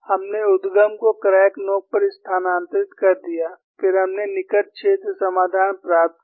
हमने उद्गम को क्रैक नोक पर स्थानांतरित कर दिया फिर हमने निकट क्षेत्र समाधान प्राप्त किया